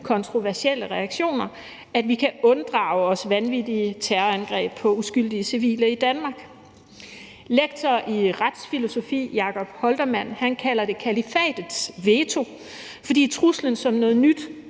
kontroversielle reaktioner, kan unddrage os vanvittige terrorangreb på uskyldige civile i Danmark. Lektor i retsfilosofi Jakob Holtermann kalder det kalifatets veto, fordi truslen som noget nyt